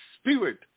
spirit